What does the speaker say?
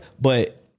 But-